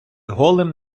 голим